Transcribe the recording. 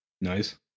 Nice